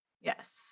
Yes